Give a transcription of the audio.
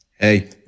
Hey